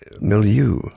milieu